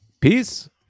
Peace